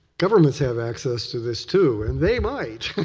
governments have access to this, too, and they might.